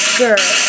girl